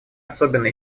особенно